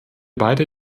beide